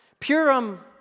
Purim